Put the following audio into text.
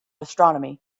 astronomy